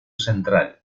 central